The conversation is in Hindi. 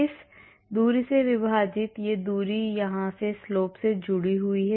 इस दूरी से विभाजित यह दूरी यहां के slope से जुड़ी है